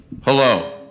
Hello